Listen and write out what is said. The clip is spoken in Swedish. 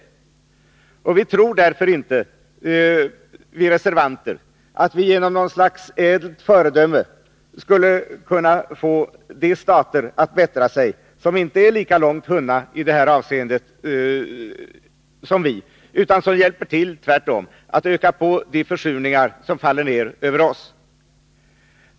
Vi reservanter tror därför inte att vi genom att vara något slags ädelt föredöme skulle kunna få de stater att bättra sig som inte är lika långt hunna i detta avseende som vi är utan som tvärtom hjälper till att öka de försurningar som drabbar oss.